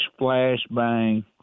flashbang